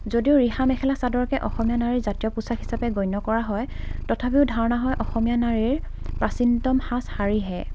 যদিও ৰিহা মেখেলা চাদৰকে অসমীয়া নাৰীৰ জাতীয় পোছাক হিচাপে গণ্য কৰা হয় অথাপিও ধাৰণা হয় অসমীয়া নাৰীৰ প্ৰাচীনতম সাজ শাৰীহে